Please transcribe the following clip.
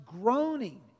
groaning